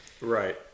Right